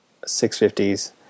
650s